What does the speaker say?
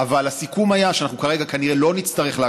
אבל הסיכום היה שכנראה לא נצטרך כרגע